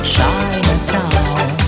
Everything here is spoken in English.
Chinatown